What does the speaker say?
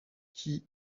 qui